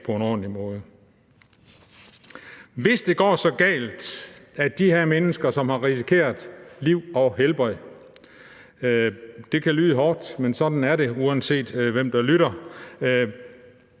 på en ordentlig måde. Hvis det går så galt, at de her mennesker, som har risikeret liv og helbred – det kan lyde hårdt, men sådan er det, uanset hvem der lytter